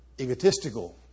egotistical